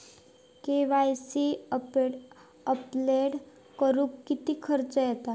KYC update करुक किती खर्च येता?